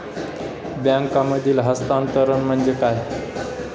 बँकांमधील हस्तांतरण म्हणजे काय?